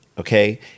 okay